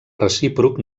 recíproc